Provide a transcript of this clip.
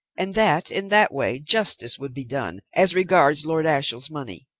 and that in that way justice would be done as regards lord ashiel's money,